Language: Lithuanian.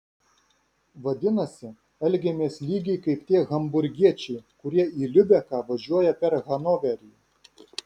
vadinasi elgiamės lygiai kaip tie hamburgiečiai kurie į liubeką važiuoja per hanoverį